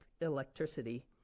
electricity